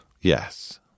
Yes